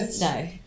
No